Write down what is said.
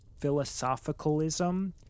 philosophicalism